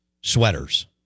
sweaters